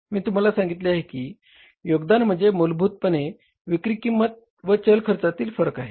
मी तुम्हाला सांगितले आहे की योगदान म्हणजे मूलभूतपणे विक्री किंमत व चल खर्चातील फरक आहे